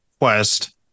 quest